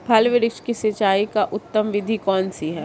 फल वृक्ष की सिंचाई की उत्तम विधि कौन सी है?